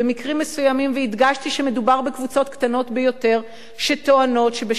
והדגשתי שמדובר בקבוצות קטנות ביותר שטוענות שבשם דת ומסורת,